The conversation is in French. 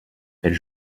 elle